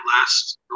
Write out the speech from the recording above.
last